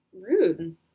Rude